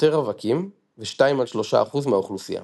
יותר רווקים ו2-3% מהאוכלוסיה.